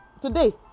today